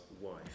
wife